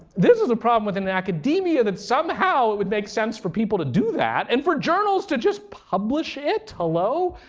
this is a problem within academia. that somehow it would make sense for people to do that, and for journals to just publish it. hello?